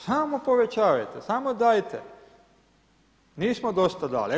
Samo povećavajte, samo dajte, nismo dosta dali.